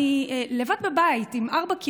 אני לבד בבית עם ארבעה קירות.